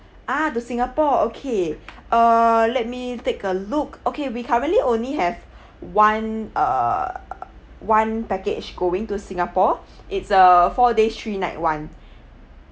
ah the singapore okay uh let me take a look okay we currently only have one uh one package going to singapore it's a four day three night one